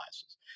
devices